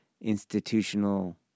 institutional